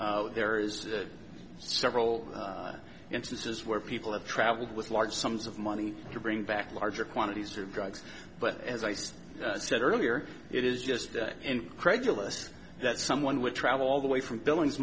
suppliers there is a several instances where people have traveled with large sums of money to bring back larger quantities of drugs but as i say said earlier it is just incredulous that someone would travel all the way from billings